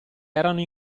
erano